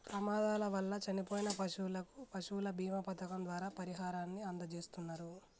ప్రమాదాల వల్ల చనిపోయిన పశువులకు పశువుల బీమా పథకం ద్వారా పరిహారాన్ని అందజేస్తున్నరు